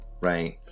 right